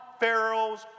Pharaoh's